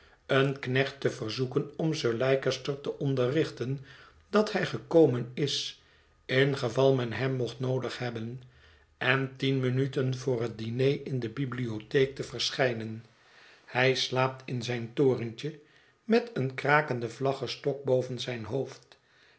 een knecht te verzoeken om sir leicester te onderrichten dat hij gekomen is in geval men hem mocht noodig hebben en tien minuten voor het diner in de bibliotheek te verschijnen hij slaapt in zijn torentje met een krakenden vlaggestok boven zijn hoofd